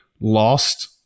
lost